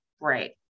Right